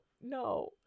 no